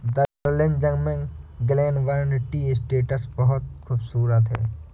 दार्जिलिंग में Glenburn tea estate बहुत खूबसूरत है